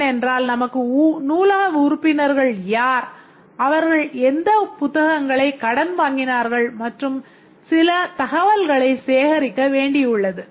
ஏனென்றால் நமக்கு உறுப்பினர்கள் யார் அவர்கள் எந்த புத்தகங்களை கடன் வாங்கினார்கள் மற்றும் சில தகவல்களைச் சேகரிக்க வேண்டியுள்ளது